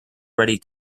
ready